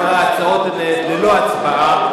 שאר ההצעות ללא הצבעה.